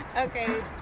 Okay